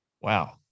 Wow